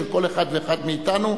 של כל אחד ואחד מאתנו,